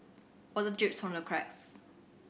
water drips from the cracks